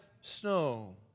snow